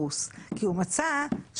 הוא גם מצא למה, פינדרוס.